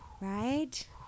Right